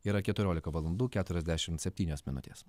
yra keturiolika valandų keturiasdešimt septynios minutės